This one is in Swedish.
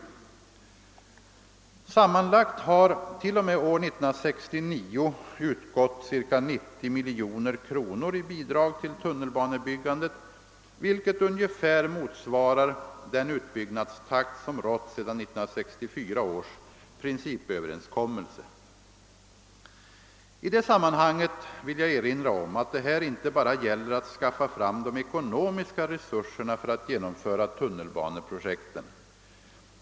Sammanlagt har t.o.m. år 1969 utgått ca 90 miljoner kronor i bidrag till tunnelbanebyggandet, vilket ungefär motsvarar den utbyggnadstakt som rått sedan 1964 års principöverenskommelse. I det sammanhanget vill jag erinra om att det här inte bara gäller att skaffa fram de ekonomiska resurserna för att genomföra tunnelbaneprojekten.